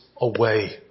away